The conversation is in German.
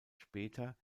später